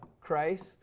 Christ